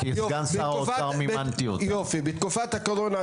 משרד החקלאות,